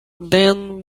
then